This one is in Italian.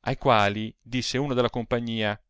ai quali disse uno della compagnia